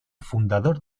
fundador